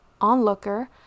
onlooker